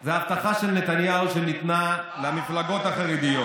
זה ההבטחה של נתניהו שניתנה למפלגות החרדיות,